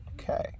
Okay